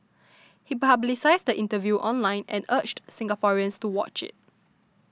he publicised the interview online and urged Singaporeans to watch it